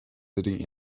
sitting